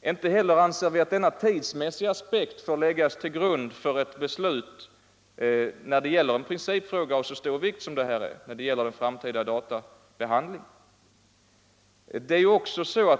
Inte heller anser vi att denna tidsmässiga aspekt får läggas till grund för ett beslut i en principfråga av så stor vikt för den framtida databehandlingen.